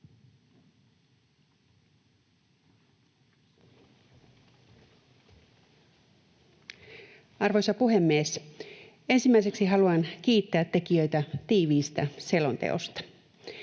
Arvoisa puhemies! Ensimmäiseksi haluan kiittää tekijöitä tiiviistä selonteosta.